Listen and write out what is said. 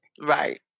Right